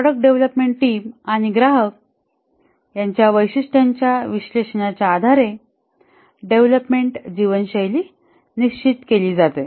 product development team आणि ग्राहक यांच्या वैशिष्ट्यांच्या विश्लेषणाच्या आधारे डेव्हलपमेंट जीवनशैली निश्चित केली जाते